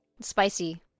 spicy